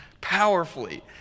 powerfully